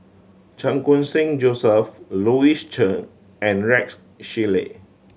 Chan Khun Sing Joseph Louis Chen and Rex Shelley